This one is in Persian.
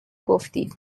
گفتی